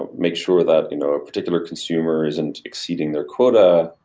but make sure that you know a particular consumer isn't exceeding their quota,